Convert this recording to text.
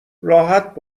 راحت